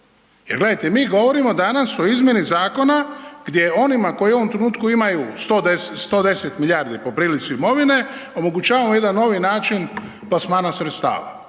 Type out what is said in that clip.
gledajte, mi govorimo danas o izmjeni zakona gdje onima koji u ovom trenutku imaju 110 milijardi po prilici imovine, omogućavamo jedan novi način plasmana sredstava.